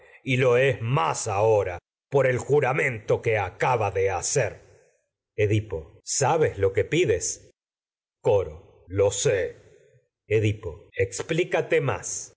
y lo es más ahora por el juramento que adaba de hacer edipo sabes lo sé que pides coro edipo lo explícate más